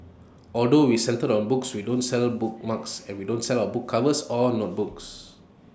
although we're centred on books we don't sell bookmarks we don't sell book covers or notebooks